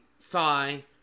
thigh